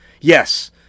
Yes